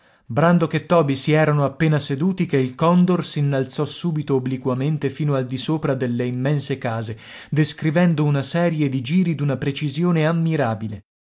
brandok e toby si erano appena seduti che il condor s'innalzò subito obliquamente fino al di sopra delle immense case descrivendo una serie di giri d'una precisione ammirabile